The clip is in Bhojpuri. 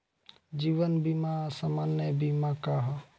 जीवन बीमा आ सामान्य बीमा का ह?